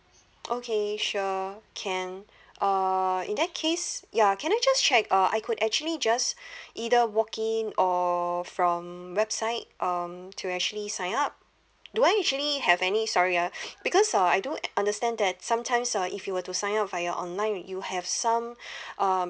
okay sure can uh in that case ya can I just check uh I could actually just either walk in or from website um to actually sign up do I actually have any sorry ah because uh I do understand that sometimes uh if you were to sign up via online you have some um